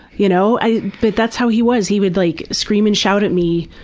you know and but that's how he was. he would like scream and shout at me.